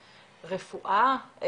רפואה,